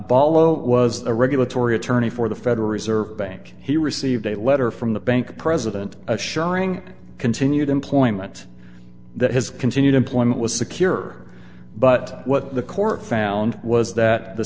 bhalo was the regulatory attorney for the federal reserve bank he received a letter from the bank president assuring continued employment that his continued employment was secure but what the court found was that the